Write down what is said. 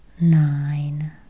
nine